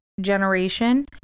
generation